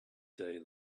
day